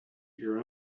your